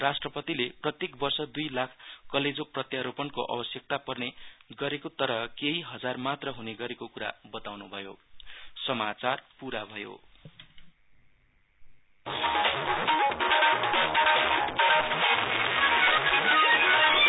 राष्ट्रपतिले प्रत्येक वर्ष दुई लाख कलेजो प्रत्यारोपणको आवश्यकता पर्ने गरेको तर केहि हजार मात्र हने गरेको कुरा बताउन्भयो